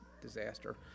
disaster